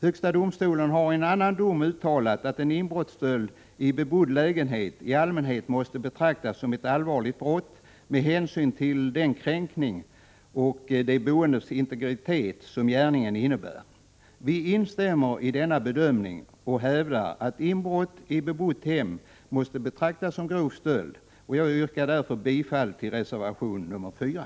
Högsta domstolen har i en annan dom uttalat att en inbrottsstöld i bebodd lägenhet i allmänhet måste betraktas som ett allvarligt brott med hänsyn till den kränkning av de boendes integritet som gärningen innebär. Vi instämmer i denna bedömning och hävdar att inbrott i bebott hem måste betraktas som grov stöld. Jag yrkar bifall till reservation 4.